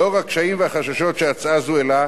לאור הקשיים והחששות שהצעה זו העלתה,